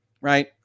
right